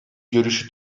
görüşü